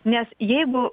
nes jeigu